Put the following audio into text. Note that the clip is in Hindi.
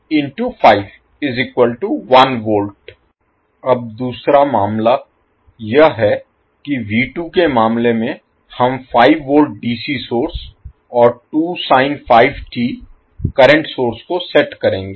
तो अब दूसरा मामला यह है कि के मामले में हम 5 वोल्ट dc सोर्स और 2 sin5t करंट सोर्स को सेट करेंगे